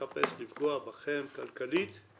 אל תמכור את הבית שלך חס וחלילה